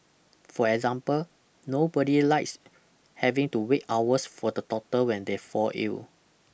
for example nobody likes having to wait hours for the doctor when they fall ill